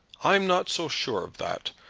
i'm not so sure of that.